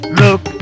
look